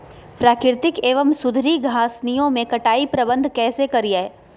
प्राकृतिक एवं सुधरी घासनियों में कटाई प्रबन्ध कैसे करीये?